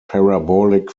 parabolic